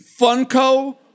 Funko